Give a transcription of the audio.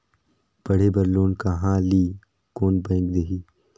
पढ़े बर लोन कहा ली? कोन बैंक देही?